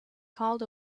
called